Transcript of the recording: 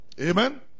Amen